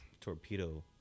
torpedo